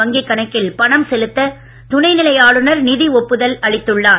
வங்கி கணக்கில் பணம் செலுத்த துணை நிலை ஆளுநர் நிதி ஒப்புதல் அளித்துள்ளார்